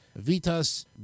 Vitas